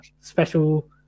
special